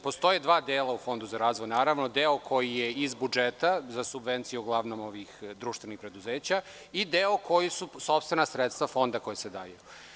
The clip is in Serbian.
Postoje dva dela u Fondu za razvoj, deo koji je iz budžeta za subvencije uglavnom društvenih preduzeća i deo koji su sopstvena sredstva Fonda koja se daju.